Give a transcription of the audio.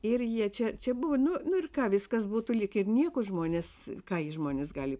ir jie čia čia buvo nu nu ir ką viskas būtų lyg ir nieko žmonės ką jie žmonės gali